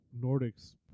Nordic's